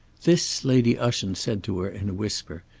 this lady ushant said to her in a whisper,